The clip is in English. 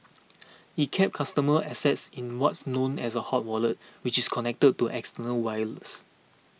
it kept customer assets in what's known as a hot wallet which is connected to external wireless